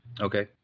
Okay